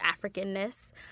Africanness